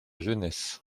jeunesse